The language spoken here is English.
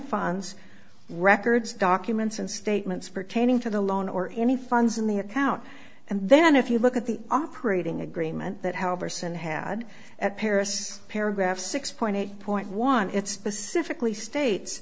funds records documents and statements pertaining to the loan or any funds in the account and then if you look at the operating agreement that how verson had at paris paragraph six point eight point one it specifically states